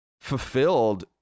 fulfilled